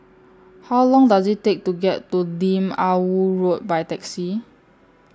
How Long Does IT Take to get to Lim Ah Woo Road By Taxi